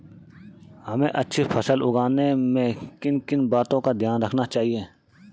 हमें अच्छी फसल उगाने में किन किन बातों का ध्यान रखना चाहिए?